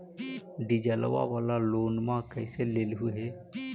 डीजलवा वाला लोनवा कैसे लेलहो हे?